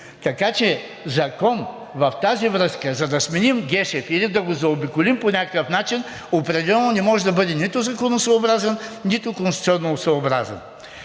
Така че закон в тази връзка, за да сменим Гешев или да го заобиколим по някакъв начин, определено не може да бъде нито законосъобразен, нито конституционосъобразен.